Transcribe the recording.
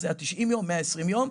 אז היה 120-90 יום,